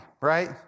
right